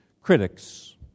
critics